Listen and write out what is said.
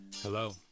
Hello